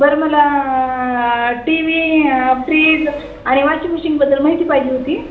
बरं मला TV fridge आणि वॉशिंग मशीनबद्दल माहिती पाहिजे होती